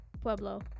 Pueblo